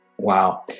Wow